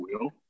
wheel